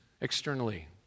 externally